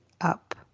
up